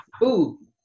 food